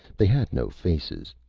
they had no faces,